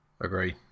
Agree